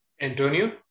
Antonio